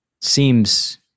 Seems